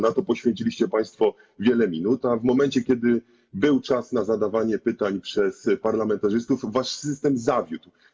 Na to poświęciliście państwo wiele minut, a w momencie, kiedy był czas na zadawanie pytań przez parlamentarzystów, wasz system zawiódł.